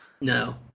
No